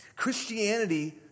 Christianity